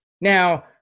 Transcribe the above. Now